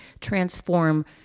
transform